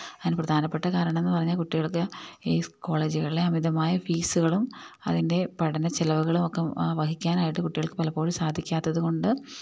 അതിന് പ്രധാനപ്പെട്ട കാരണമെന്ന് പറഞ്ഞാല് കുട്ടികൾക്ക് ഈ കോളേജുകളിലെ അമിതമായ ഫീസുകളും അതിൻ്റെ പഠനച്ചെലവുകളുമൊക്കെ വഹിക്കാനായിട്ട് കുട്ടികൾക്ക് പലപ്പോഴും സാധിക്കാത്തതുകൊണ്ട്